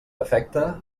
efecte